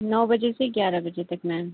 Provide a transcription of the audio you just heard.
नौ बजे से ग्यारह बजे तक मैम